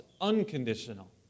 unconditional